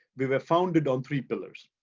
we were founded on three pillars.